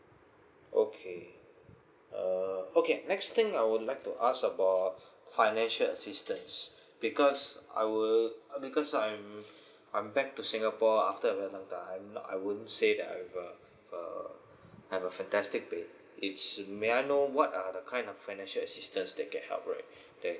okay uh okay next thing I would like to ask about financial assistance because I will because I'm I'm back to singapore after a very long time I won't say I'm a uh I'm a fantastic big it's may I know what are the kind of financial assistance that you can help right there